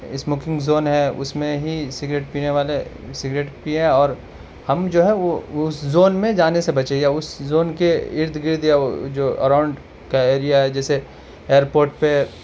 smoking zone ہے اس میں ہی سگریٹ ہینے والے سگریٹ پئیں اور ہم جو ہیں وہ اس زون میں جانے سے بچیں یا اس زون کے ارد گرد یا جو اراؤنڈ کا ایریا ہے جیسے ایئرپورٹ پہ